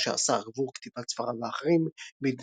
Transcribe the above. כמו שעשה עבור כתיבת ספריו האחרים,